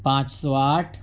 پانچ سو آٹھ